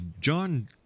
John